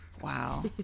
Wow